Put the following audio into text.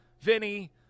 Vinny